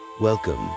Welcome